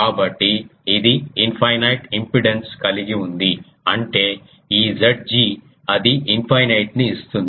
కాబట్టి ఇది infinite impedance కలిగి ఉంది అంటే ఈ Zg అది ఇన్ఫైనైట్ ని ఇస్తున్నది